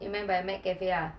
you meant by mac cafe ah